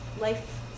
life